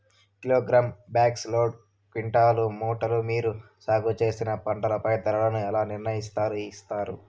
Kilogram, box, load, quintal, మూటలు మీరు సాగు చేసిన పంటపై ధరలను ఎలా నిర్ణయిస్తారు యిస్తారు?